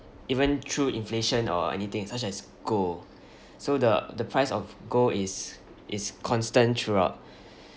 even through inflation or anything such as gold so the the price of gold is is constant throughout